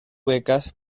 becas